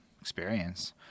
experience